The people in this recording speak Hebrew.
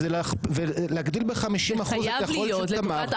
זה להגדיל ב-50% את היכולת של תמר.